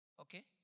Okay